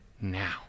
now